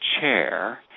chair